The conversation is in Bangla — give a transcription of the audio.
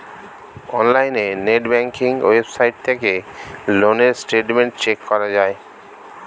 অনলাইনে নেট ব্যাঙ্কিং ওয়েবসাইট থেকে লোন এর স্টেটমেন্ট চেক করা যায়